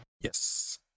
Yes